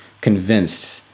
convinced